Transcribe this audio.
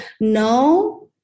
no